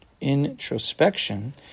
Introspection